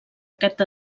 aquest